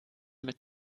mit